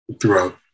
throughout